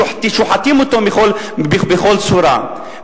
שוחטים אותו בכל צורה.